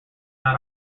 not